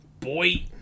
Boy